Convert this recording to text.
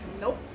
Nope